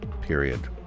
period